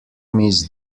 miss